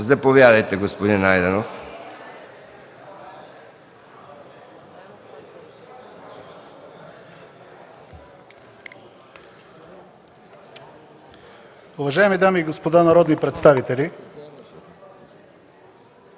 Заповядайте, господин Найденов.